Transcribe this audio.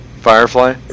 Firefly